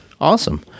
awesome